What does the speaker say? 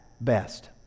best